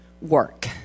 work